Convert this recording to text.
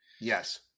Yes